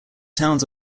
towns